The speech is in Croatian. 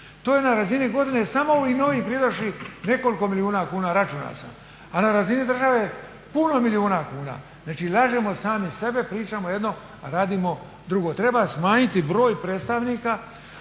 To je na razini godine samo ovih novih pridošlih nekoliko milijuna kuna računa sam, a na razini države puno milijuna kuna. Znači, lažemo sami sebe, pričamo jedno, a radimo drugo. Treba smanjiti broj predstavnika,